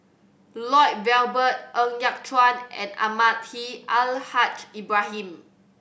Lloyd Valberg Ng Yat Chuan and Almahdi Al Haj Ibrahim